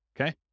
Okay